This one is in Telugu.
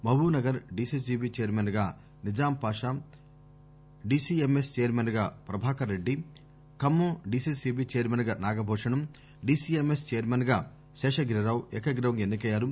మహబూబ్ నగర్ డిసిసిబి చైర్మన్ గా నిజాం పాషా డిసింఎంఎస్ చైర్మన్ గా ప్రభాకర రెడ్డి ఖమ్మం డిసిసిబి చైర్మన్ గా నాగభూషణం డిసిఎంఎస్ చైర్మన్ గా శేషగిరిరావు ఏకగ్రీవంగా ఎన్సి కయ్యారు